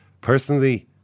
personally